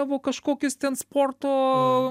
savo kažkokius ten sporto